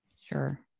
sure